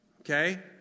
Okay